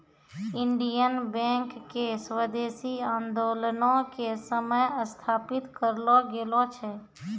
Indian Bank के स्वदेशी आन्दोलनो के समय स्थापित करलो गेलो छै